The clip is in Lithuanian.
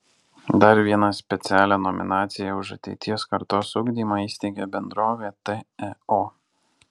dar vieną specialią nominaciją už ateities kartos ugdymą įsteigė bendrovė teo